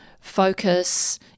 focus